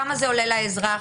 כמה זה עולה לאזרח?